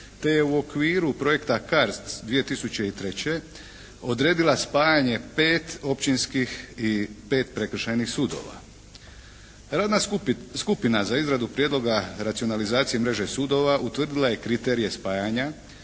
te je u okviru projekta CARDS 2003. odredila spajanje 5 općinskih i 5 prekršajnih sudova. Radna skupina za izradu prijedloga racionalizacije mreže sudova utvrdila je kriterije spajanja,